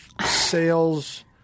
sales